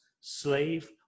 slave